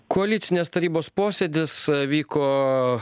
koalicinės tarybos posėdis vyko